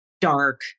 dark